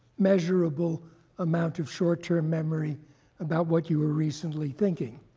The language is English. measurable amount of short-term memory about what you were recently thinking.